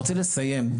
לסיום,